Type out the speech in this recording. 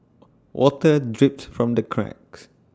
water drips from the cracks